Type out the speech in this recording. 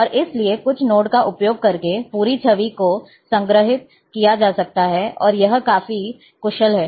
और इसलिए कुछ कोड का उपयोग करके पूरी छवि को संग्रहीत किया जा सकता है और यह काफी कुशल है